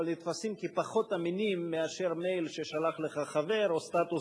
כפחות אמינים מאשר מייל ששלח לך חבר או סטטוס